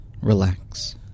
relax